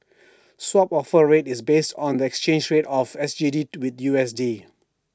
swap offer rate is based on the exchange rate of S G D with U S D